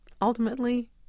ultimately